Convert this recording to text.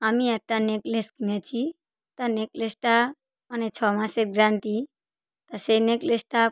আমি একটা নেকলেস কিনেছি তা নেকলেসটা মানে ছ মাসের গ্যারান্টি তা সেই নেকলেসটা